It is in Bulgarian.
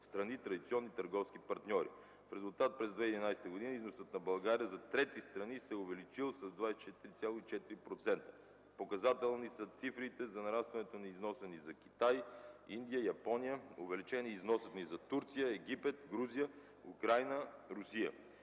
в страни – традиционни търговски партньори. В резултат през 2011 г. износът на България за трети страни се е увеличил с 24,4%. Показателни са цифрите за нарастването на износа ни за Китай, Индия, Япония. Увеличен е и износът ни за Турция, Египет, Грузия, Украйна и Русия.